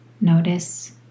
Notice